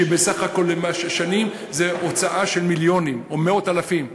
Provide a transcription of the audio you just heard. שבסך הכול עם השנים זו הוצאה של מיליונים או מאות אלפים?